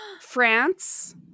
France